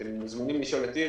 אתם מוזמנים לשאול את איריס,